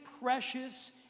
precious